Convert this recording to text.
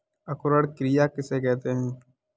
अंकुरण क्रिया किसे कहते हैं?